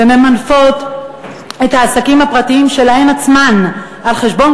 וממנפות את העסקים הפרטיים שלהן עצמן על-חשבון